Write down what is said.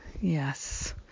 yes